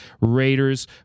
Raiders